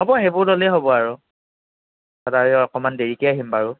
হ'ব সেইবোৰ ল'লেই হ'ব আৰু তাৰপৰা অকণমান দেৰিকৈ আহিম বাৰু